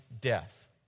death